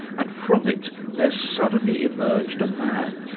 and from it, there suddenly emerged a man,